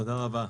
תודה רבה.